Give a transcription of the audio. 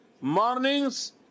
mornings